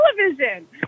Television